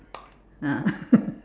ah